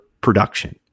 production